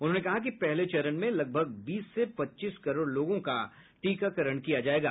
उन्होंने कहा कि पहले चरण में लगभग बीस से पच्चीस करोड़ लोगों का टीकाकरण किया जाएगा